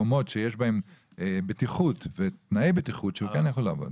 מקומות שיש בהם תנאי בטיחות נאותים.